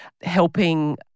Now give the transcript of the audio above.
helping